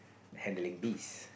handling bees